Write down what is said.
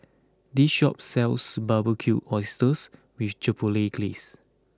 this shop sells Barbecued Oysters with Chipotle Glaze